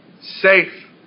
safe